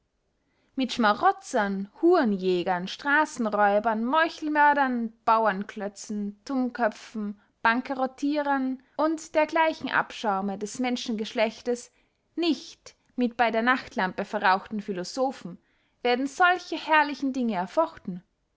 mit schmarotzern hurenjägern strassenräubern meuchelmördern bauernklötzen tummköpfen bankerottierern und dergleichen abschaume des menschengeschlechtes nicht mit bey der nachtlampe verrauchten philosophen werden solche herrlichen ding erfochten